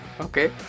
Okay